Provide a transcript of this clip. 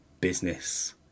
business